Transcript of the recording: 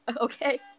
okay